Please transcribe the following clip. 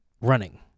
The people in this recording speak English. running